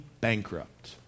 bankrupt